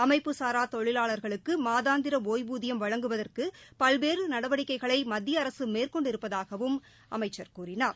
அமைப்புசாரா தொழிலாளர்களுக்கு மாதாந்திர ஒய்வூதியம் வழங்குவதற்கு பல்வேறு நடவடிக்கைகளை மத்திய அரசு மேற்கொண்டிருப்பதாகவும் அமைச்சர் கூறினார்